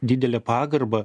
didelę pagarbą